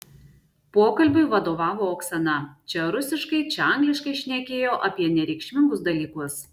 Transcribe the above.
pokalbiui vadovavo oksana čia rusiškai čia angliškai šnekėjo apie nereikšmingus dalykus